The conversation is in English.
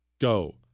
Go